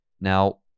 now